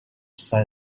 san